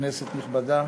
כנסת נכבדה,